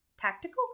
tactical